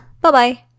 bye-bye